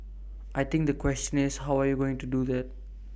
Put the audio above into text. I think the question is how are you going to do that